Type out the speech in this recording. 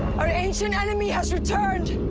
our ancient enemy has returned.